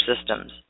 systems